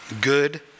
good